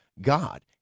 god